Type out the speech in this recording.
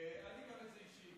אל תיקח את זה אישית.